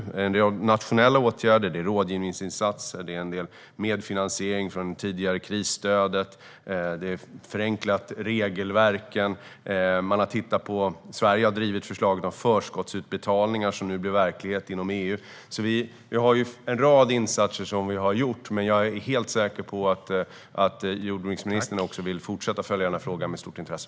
Det är nationella åtgärder, rådgivningsinsatser, en del medfinansiering från det tidigare krisstödet och förenklade regelverk. Sverige har drivit förslaget om förskottsutbetalningar, som nu blir verklighet inom EU. Vi har alltså gjort en rad insatser, men jag är helt säker på att jordbruksministern vill fortsätta följa den här frågan med stort intresse.